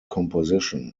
composition